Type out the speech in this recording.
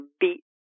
beat